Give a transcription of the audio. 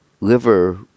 liver